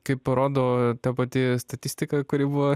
kaip parodo ta pati statistika kuri buvo